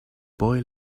boy